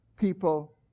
people